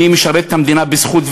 אני משרת את המדינה בזכות,